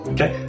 Okay